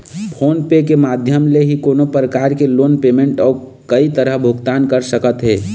phone पे के माधियम ले ही कोनो परकार के लोन पेमेंट अउ कई तरह भुगतान कर सकत हे